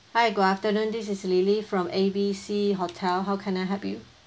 hi good afternoon this is lily from A B C hotel how can I help you